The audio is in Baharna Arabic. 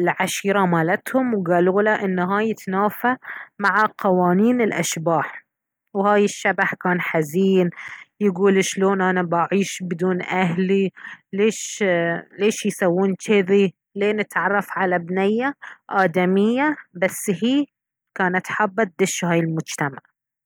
العشيرة مالتهم وقالوا له ان هاي يتنافى مع قوانين الاشباح وهاي الشبح كان حزين يقول شلون انا بعيش بدون اهلي ليش ليش يسوون جذي لين اتعرف على بنية آدمية بس هي كانت حابة تدش هاي المجتمع